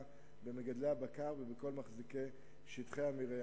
במגדלי הבקר ובכל מחזיקי שטחי המרעה,